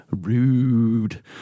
rude